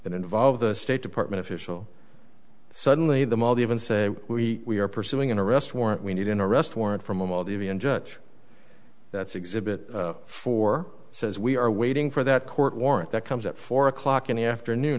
that involve the state department official suddenly the mall even say we are pursuing an arrest warrant we need an arrest warrant from him all the judge that's exhibit four says we are waiting for that court warrant that comes at four o'clock in the afternoon